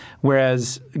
Whereas